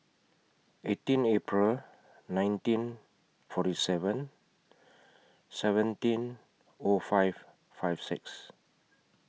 eighteen April nineteen forty seven seventeen O five five six